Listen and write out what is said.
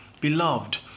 Beloved